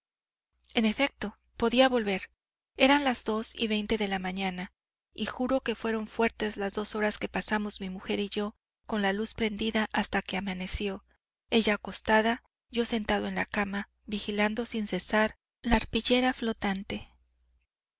en efecto podía volver eran las dos y veinte de la mañana y juro que fueron fuertes las dos horas que pasamos mi mujer y yo con la luz prendida hasta que amaneció ella acostada yo sentado en la cama vigilando sin cesar la arpillera flotante